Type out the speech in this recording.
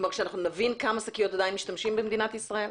שאנחנו נבין בכמה שקיות עדיין משתמשים במדינת ישראל?